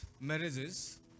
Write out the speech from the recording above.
marriages